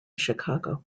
chicago